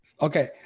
Okay